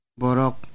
borok